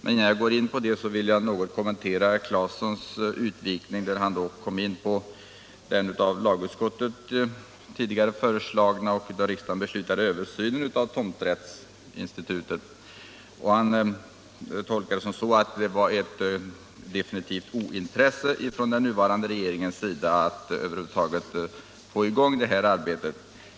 Men innan jag går in på detta vill jag något kommentera herr Claesons utvikning när han kom in på den av lagutskottet tidigare föreslagna och av riksdagen beslutade översynen av tomträttsinstitutet. Han tolkade det som så, att det var ett definitivt ointresse från den nuvarande regeringen att över huvud taget få i gång detta arbete.